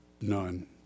None